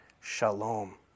Shalom